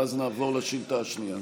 ואז נעבור לשאילתה השנייה.